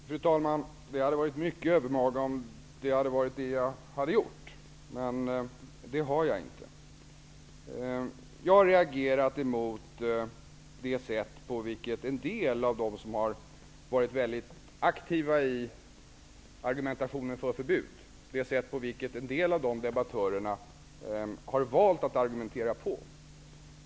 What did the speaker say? Fru talman! Det hade varit mycket övermaga om jag hade gjort det, men det har jag inte. Jag har reagerat mot det sätt på vilket en del av de debattörer som har varit mycket aktiva i argumentationen för förbud har valt att argumentera.